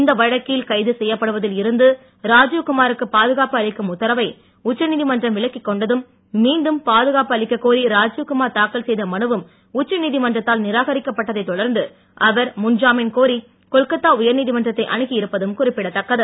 இந்த வழக்கில் கைது செய்யப்படுவதில் இருந்து ராஜீவ் குமாருக்கு பாதுகாப்பு அளிக்கும் உத்தரவை உச்ச நீதிமன்றம் விலக்கிக் கொண்டதும் மீண்டும் பாதுகாப்பு அளிக்கக் கோரி ராஜீவ்குமார் தாக்கல் செய்த மனுவும் உச்ச நீதிமன்றத்தால் நிராகரிக்கப்பட்டதைத் தொடர்ந்து அவர் முன் ஜாமீன் கோரி கொல்கத்தா உயர் நீதிமன்றத்தை அணுகி இருப்பதும் குறிப்பிடத்தக்கது